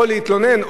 או להתלונן,